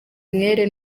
umwere